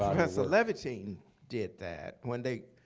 professor levitine, did that when they,